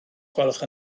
gwelwch